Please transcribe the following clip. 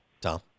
Tom